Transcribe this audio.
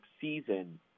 season